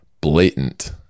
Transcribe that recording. blatant